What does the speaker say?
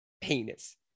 penis